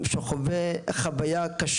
אולי תנכיח קצת גילוי גזענות שחווית פה בבניין הזה.